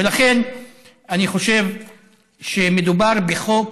ולכן אני חושב שמדובר בחוק